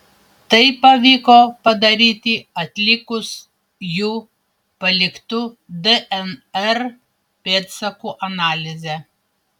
tai pavyko padaryti atlikus jų paliktų dnr pėdsakų analizę